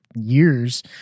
years